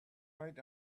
right